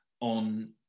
on